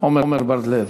עמר בר-לב.